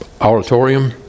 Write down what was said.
auditorium